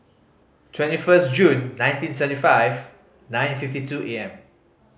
twenty first June nineteen seventy five nine fifty two A M